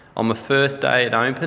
on the first day it opened,